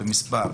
במספר,